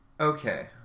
Okay